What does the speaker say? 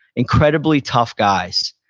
incredibly tough guys.